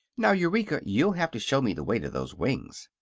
now, eureka, you'll have to show me the way to those wings.